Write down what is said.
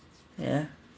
ya